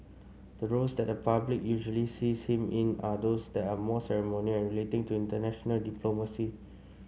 the roles that the public usually sees him in are those that are more ceremonial and relating to international diplomacy